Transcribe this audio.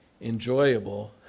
enjoyable